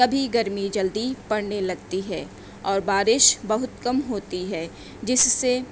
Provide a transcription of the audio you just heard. کبھی گرمی جلدی پڑنے لگتی ہے اور بارش بہت کم ہوتی ہے جس سے